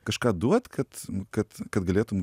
kažką duot kad kad kad galėtum